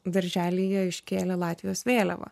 darželyje iškėlė latvijos vėliavą